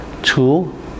Two